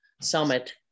summit